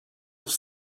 off